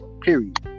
period